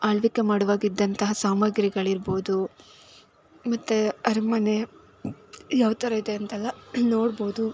ಆಳ್ವಿಕೆ ಮಾಡುವಾಗಿದ್ದಂತಹ ಸಾಮಗ್ರಿಗಳಿರ್ಬೋದು ಮತ್ತು ಅರಮನೆ ಯಾವ ಥರ ಇದೆ ಅಂತೆಲ್ಲ ನೋಡ್ಬೋದು